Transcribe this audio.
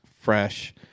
fresh